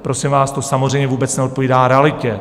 Prosím vás, to samozřejmě vůbec neodpovídá realitě.